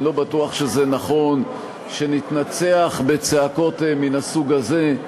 אני לא בטוח שזה נכון שנתנצח בצעקות מן הסוג הזה.